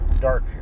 dark